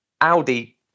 Audi